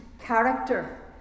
character